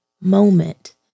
moment